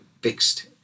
fixed